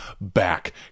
back